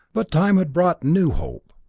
but time had brought new hope.